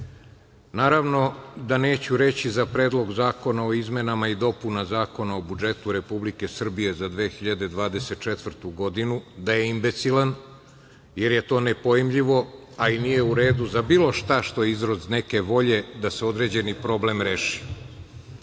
naravno da neću reći za Predlog zakona o izmenama i dopunama Zakona o budžetu Republike Srbije za 2024. godinu da je imbecilan jer je to nepojmljivo a i nije u redu za bilo šta što je izraz neke volje da se određeni problem